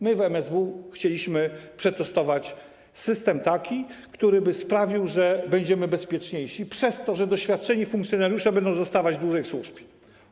My w MSWiA chcieliśmy przetestować taki system, który sprawiłby, że będziemy bezpieczniejsi przez to, że doświadczeni funkcjonariusze będą zostawać dłużej w służbie.